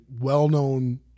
well-known